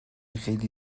خیلی